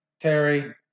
Terry